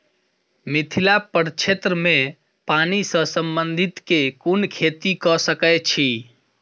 मिथिला प्रक्षेत्र मे पानि सऽ संबंधित केँ कुन खेती कऽ सकै छी?